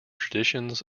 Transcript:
traditions